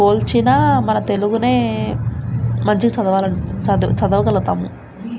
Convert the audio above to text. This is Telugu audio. పోల్చినా మన తెలుగునే మంచి చదవాలి చదువ చదవగలుగుతాము